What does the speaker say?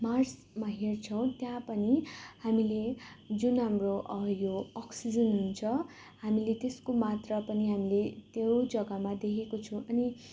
मार्समा हेर्छौँ त्यहाँ पनि हामीले जुन हाम्रो यो अक्सिजन हुन्छ हामीले त्यसको मात्रा पनि हामीले त्यो जग्गामा देखेको छौँ अनि